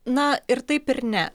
na ir taip ir ne